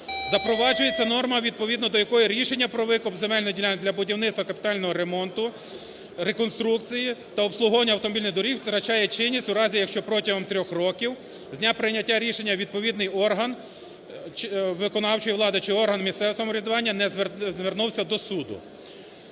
Запроваджується норма, відповідно до якої рішення про викуп земельної ділянки для будівництва, капітального ремонту, реконструкції та обслуговування автомобільних доріг втрачає чинність у разі, якщо протягом 3 років з дня прийняття рішення відповідний орган виконавчої влади чи орган місцевого самоврядування не звернувся до суду.